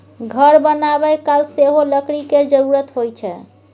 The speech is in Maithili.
घर बनाबय काल सेहो लकड़ी केर जरुरत होइ छै